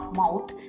mouth